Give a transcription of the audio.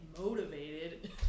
motivated